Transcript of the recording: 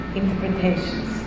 interpretations